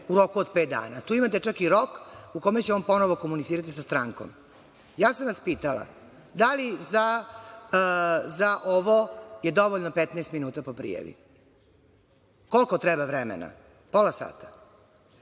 u roku od pet dana. Tu imate čak i rok u kome će on ponovo komunicirati sa strankom. Pitala sam vas, da li je za ovo dovoljno 15 minuta po prijavi? Koliko treba vremena? Pola sata?